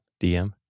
DM